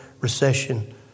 recession